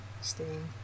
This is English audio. Steam